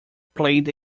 played